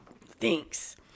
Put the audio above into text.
Thanks